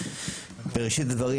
בראשית הדברים,